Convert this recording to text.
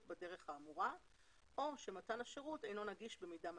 בדרך האמורה או שמתן השירות אינו נגיש במידה מספקת.